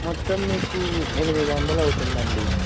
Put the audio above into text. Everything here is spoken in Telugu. మొత్తం మీకు ఎనిమిది వందలు అవుతుందండి